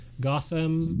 gotham